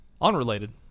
Unrelated